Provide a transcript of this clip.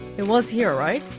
it was here, right?